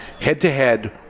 head-to-head